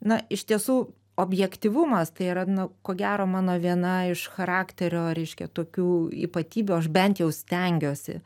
na iš tiesų objektyvumas tai yra nu ko gero mano viena iš charakterio reiškia tokių ypatybių aš bent jau stengiuosi